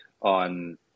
on